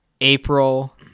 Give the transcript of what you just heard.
April